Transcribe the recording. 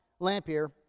Lampier